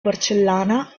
porcellana